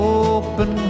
open